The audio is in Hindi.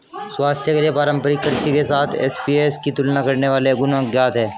स्वास्थ्य के लिए पारंपरिक कृषि के साथ एसएपीएस की तुलना करने वाले गुण अज्ञात है